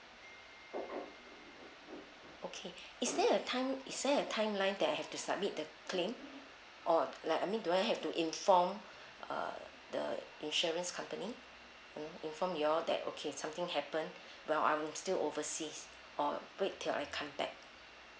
okay is there a time is there a timeline that I have to submit the claim or like I mean do I have to inform uh the insurance company inform you all that okay something happen while I'm still overseas or wait until I come back